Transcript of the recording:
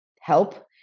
help